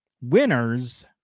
winners